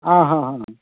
आं हां हां